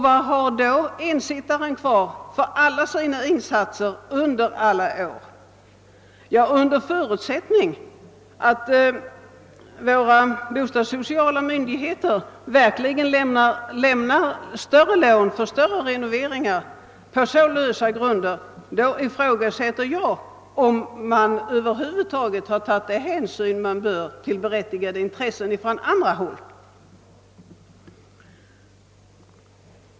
Vad har då ensittaren kvar för alla sina insatser under många år? Ja, under förutsättning att våra bostadssociala myndigheter verkligen lämnar lån för större renoveringar på så lösa grunder, ifrågasätter jag om man över huvud har tagit de hänsyn som bör tas till berättigade intressen från andra håll.